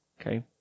Okay